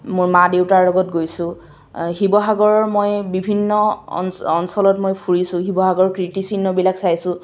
মোৰ মা দেউতাৰ লগত গৈছোঁ শিৱসাগৰৰ মই বিভিন্ন অঞ্চলত মই ফুৰিছোঁ শিৱসাগৰ কীৰ্তিচিহ্নবিলাক চাইছোঁ